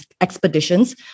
expeditions